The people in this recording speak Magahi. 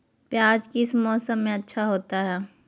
प्याज किस मौसम में अच्छा होता है?